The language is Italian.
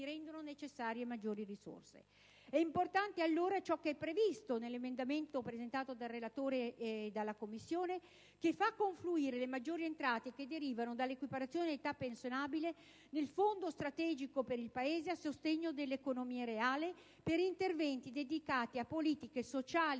rendono necessarie maggiori risorse. È importante allora ciò che è previsto nell'emendamento presentato dal relatore e dalla Commissione, che fa confluire le maggiori entrate che derivano dall'equiparazione dell'età pensionabile nel Fondo strategico per il Paese a sostegno dell'economia reale per interventi dedicati a politiche sociali